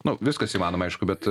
nu viskas įmanoma aišku bet